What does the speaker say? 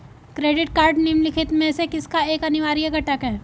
Credit card निम्नलिखित में से किसका एक अनिवार्य घटक है?